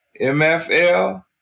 MFL